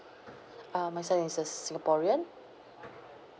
ah my son is a singaporean